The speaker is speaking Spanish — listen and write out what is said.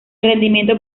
rendimiento